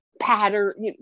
pattern